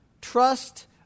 Trust